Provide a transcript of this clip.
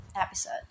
episode